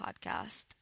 podcast